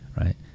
Right